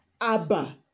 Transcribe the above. Abba